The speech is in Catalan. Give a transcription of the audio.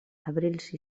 abrils